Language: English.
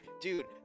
Dude